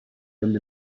them